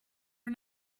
are